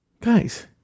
guys